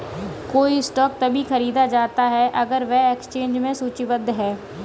कोई स्टॉक तभी खरीदा जाता है अगर वह एक्सचेंज में सूचीबद्ध है